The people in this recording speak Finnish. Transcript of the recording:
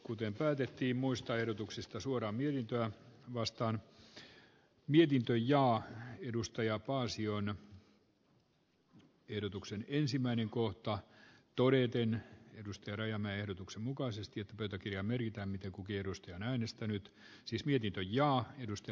kuten päätettiin muista erotuksesta suoraan villistä koskee sitä että hallituksen on annettava välittömästi eduskunnalle työllisyyttä ja yritystoimintaa edistävä lisäbudjetti äänestetään niin että pöytäkirjaan merkitään miten kukin edustajan äänestänyt siis mietintö linjaa edusti